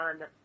on